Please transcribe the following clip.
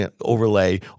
overlay